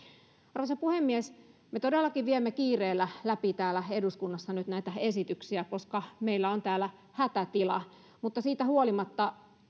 arvoisa puhemies me todellakin viemme kiireellä läpi täällä eduskunnassa nyt näitä esityksiä koska meillä on täällä hätätila mutta siitä huolimatta